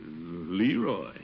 Leroy